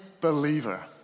believer